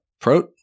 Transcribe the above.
Prote